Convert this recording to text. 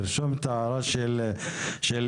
תרשום את ההערה של איתן.